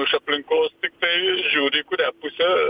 iš aplinkos tiktai žiūri į kurią pusę